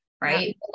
right